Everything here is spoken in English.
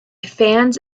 fans